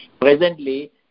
Presently